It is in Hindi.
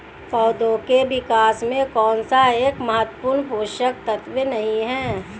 पौधों के विकास में कौन सा एक महत्वपूर्ण पोषक तत्व नहीं है?